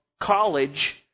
college